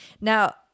Now